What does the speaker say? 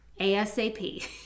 ASAP